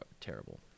terrible